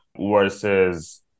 versus